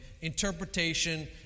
interpretation